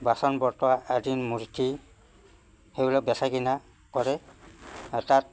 বাচন বৰ্তন আদিৰ মূৰ্তি সেইবিলাক বেচা কিনা কৰে আৰু তাত